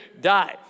die